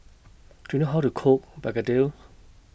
Do YOU know How to Cook Begedil